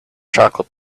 chocolate